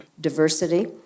diversity